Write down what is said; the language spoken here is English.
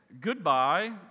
goodbye